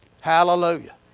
Hallelujah